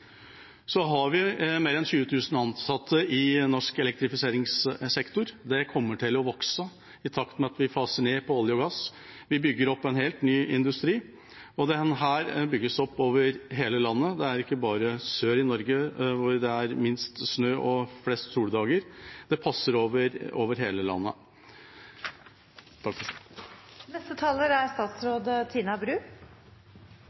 har mer enn 20 000 ansatte i norsk elektrifiseringssektor. Det kommer til å øke i takt med at vi faser ut olje og gass. Vi bygger opp en helt ny industri. Denne bygges opp over hele landet, det er ikke bare sør i Norge, hvor det er minst snø og flest soldager – det passer over hele landet. I Norge er